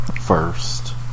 first